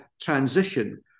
transition